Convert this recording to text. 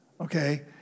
Okay